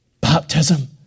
Baptism